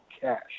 cash